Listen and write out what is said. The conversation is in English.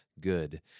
good